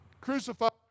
crucified